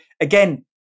again